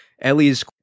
ellie's